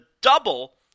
Double